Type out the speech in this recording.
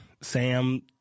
Sam